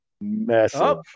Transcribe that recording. massive